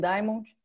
Diamond